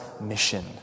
mission